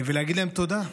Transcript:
ולהגיד להם תודה.